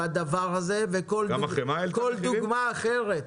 גם החמאה מיובאת.